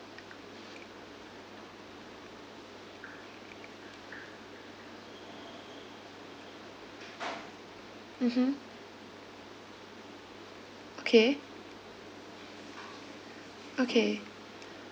mmhmm okay okay